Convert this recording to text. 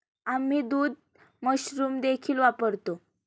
आम्ही दूध मशरूम देखील वापरतो